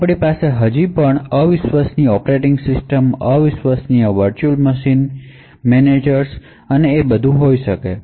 તમારી પાસે હજી પણ અવિશ્વસનીય ઑપરેટિંગ સિસ્ટમ અવિશ્વસનીય વર્ચ્યુઅલ મશીન મેનેજર્સ અને વધુ હોઈ શકે છે